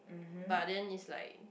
but then it's like